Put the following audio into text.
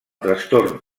trastorn